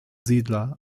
siedler